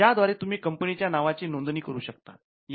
ज्या द्वारे तुम्ही कंपनीच्या नावाची नोंदणी करू शकतात